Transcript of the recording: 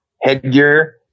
headgear